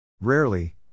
Rarely